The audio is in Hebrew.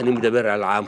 אני מדבר על עמך,